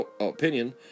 opinion